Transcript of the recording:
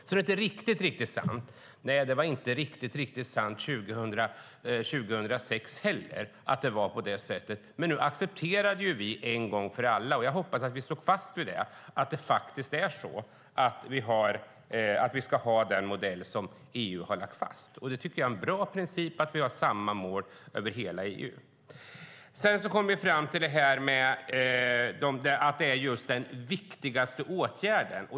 Nej, det var inte riktigt sant att det var på det sättet 2006 heller. Men nu accepterade vi en gång för alla, och jag hoppas att vi står fast vid det, att det faktiskt är så att vi ska ha den modell som EU har lagt fast. Jag tycker att det är en bra princip att vi har samma mål över hela EU. Sedan kom vi fram till det här med den viktigaste åtgärden.